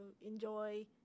enjoy